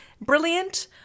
brilliant